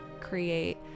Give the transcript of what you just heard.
create